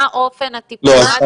מה אופן הטיפול?